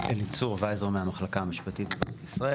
אליצור ויזר מהמחלקה המשפטית לישראל.